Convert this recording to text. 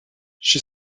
she